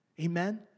Amen